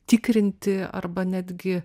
tikrinti arba netgi